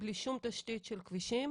בלי שום תשתית של כבישים